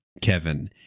Kevin